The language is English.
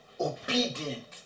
obedient